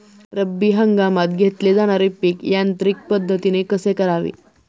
रब्बी हंगामात घेतले जाणारे पीक यांत्रिक पद्धतीने कसे करावे?